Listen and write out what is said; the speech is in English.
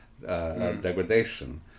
degradation